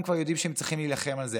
הם כבר יודעים שהם צריכים להילחם על זה.